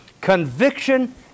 conviction